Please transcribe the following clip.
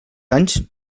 anys